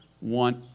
want